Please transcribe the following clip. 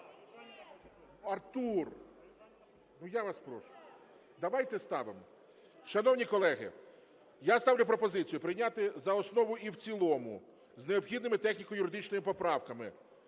Артур, ну, я вас прошу, давайте ставимо. Шановні колеги, я ставлю пропозицію прийняти за основу і в цілому з необхідними техніко-юридичними поправками